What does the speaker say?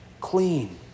clean